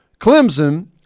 Clemson